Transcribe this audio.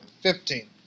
Fifteen